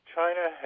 China